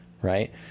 right